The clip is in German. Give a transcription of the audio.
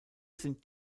sind